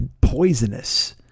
poisonous